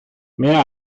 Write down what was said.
mehr